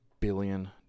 billion